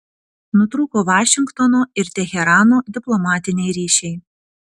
nutrūko vašingtono ir teherano diplomatiniai ryšiai